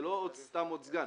זה לא סתם עוד סגן,